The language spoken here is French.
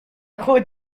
gros